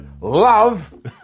love